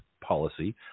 policy